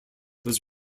was